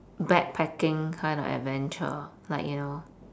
backpacking kind of adventure like you know